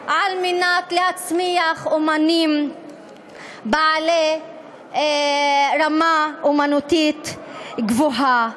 כדי להצמיח אמנים בעלי רמה אמנותית גבוהה.